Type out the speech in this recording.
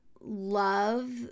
love